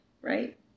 right